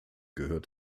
gehört